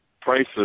prices